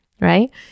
Right